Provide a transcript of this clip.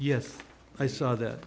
yes i saw that